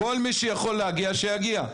כל מי שיכול להגיע שיגיע,